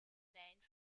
named